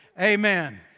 Amen